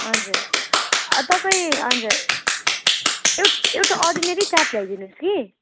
हजुर तपाईँ हजुर एउटा एउटा अर्डिनेरी ट्याप ल्याइ दिनुहोस् कि